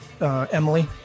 Emily